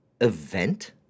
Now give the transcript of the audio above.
event